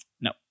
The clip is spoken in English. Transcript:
No